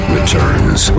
Returns